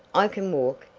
i can walk,